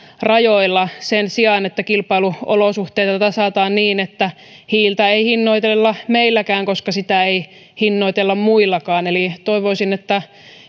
rajoilla sen sijaan että kilpailuolosuhteita tasataan niin että hiiltä ei hinnoitella meilläkään koska sitä ei hinnoitella muuallakaan eli toivoisin että